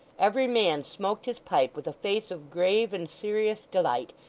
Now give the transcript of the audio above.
every man smoked his pipe with a face of grave and serious delight,